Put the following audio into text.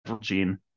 gene